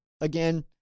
again